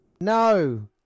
No